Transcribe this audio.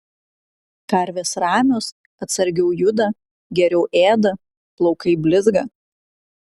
karvės ramios atsargiau juda geriau ėda plaukai blizga